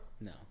No